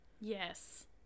Yes